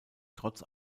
trotz